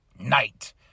night